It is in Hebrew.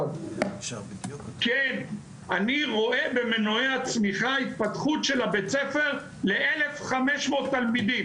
אני רואה במנועי הצמיחה התפתחות של בית הספר לאלף חמש מאות תלמידים.